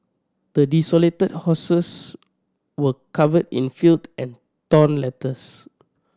the desolated houses were covered in filled and torn letters